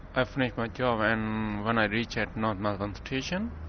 i finished my job and when i reached north melbourne station,